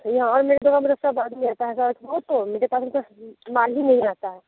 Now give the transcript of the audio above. कहीं ओर मिले तो मेरे से बाद में आता है सर तो मेरे पास उनका माल ही नहीं आता है